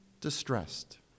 distressed